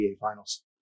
Finals